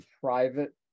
private